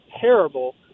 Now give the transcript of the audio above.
terrible